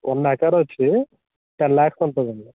one acre వచ్చి ten lakhs ఉంటుందండి